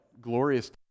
glorious